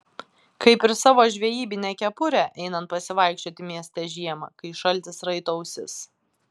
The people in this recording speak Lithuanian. kaip ir savo žvejybinę kepurę einant pasivaikščioti mieste žiemą kai šaltis raito ausis